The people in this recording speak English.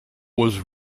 was